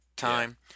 time